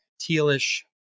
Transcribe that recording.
tealish